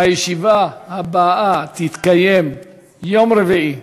הישיבה הבאה תתקיים ביום רביעי,